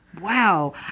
Wow